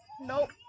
Nope